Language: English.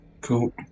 Cool